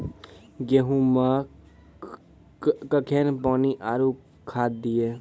गेहूँ मे कखेन पानी आरु खाद दिये?